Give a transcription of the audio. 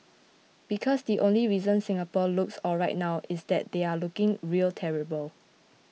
because the only reason Singapore looks alright now is that they are looking real terrible